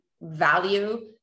value